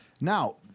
Now